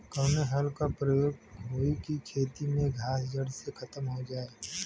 कवने हल क प्रयोग हो कि खेत से घास जड़ से खतम हो जाए?